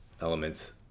elements